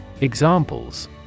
Examples